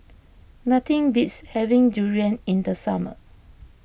nothing beats having durian in the summer